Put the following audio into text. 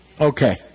Okay